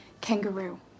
Kangaroo